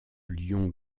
lions